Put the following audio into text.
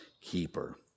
keeper